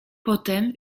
potem